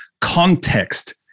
Context